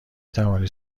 توانید